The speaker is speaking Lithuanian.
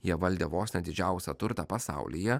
jie valdė vos ne didžiausią turtą pasaulyje